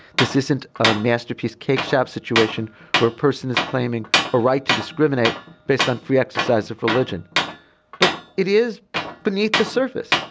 this isn't a masterpiece cake shop situation where a person is claiming a right to discriminate based on free exercise of religion but it is beneath the surface.